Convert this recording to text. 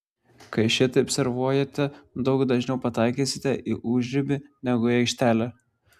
kai šitaip servuojate daug dažniau pataikysite į užribį negu į aikštelę